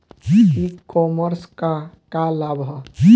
ई कॉमर्स क का लाभ ह?